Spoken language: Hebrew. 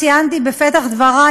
ציינתי בפתח דברי,